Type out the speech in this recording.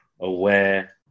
aware